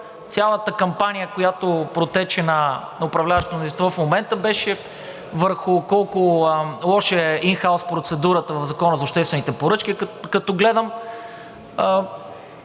цялата кампания, която протече на управляващото мнозинство в момента, беше върху това колко лоша е ин хаус процедурата в Закона за обществените поръчки. Като гледам